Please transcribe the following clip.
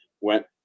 went